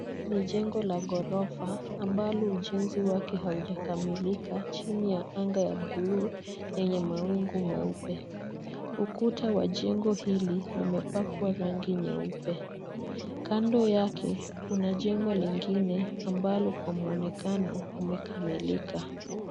Hili ni jengo la ghorofa ambalo ujenzi wake haujakamilika chini ya anga ya bluu yenye mawingu meupe. Ukuta wa jengo hili umepakwa rangi nyeupe. Kando yake kuna jengo lingine ambalo kwa mwonekano umekamilika.